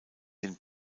den